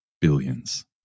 billions